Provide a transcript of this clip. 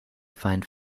find